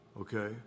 Okay